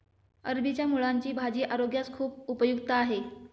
अरबीच्या मुळांची भाजी आरोग्यास खूप उपयुक्त आहे